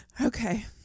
Okay